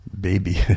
baby